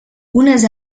unes